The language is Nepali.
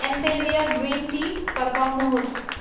एम्पेरिया ग्रिन टी फर्काउनुहोस्